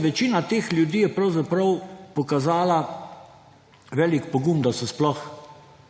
večina teh ljudi je pravzaprav pokazala velik pogum, da so sploh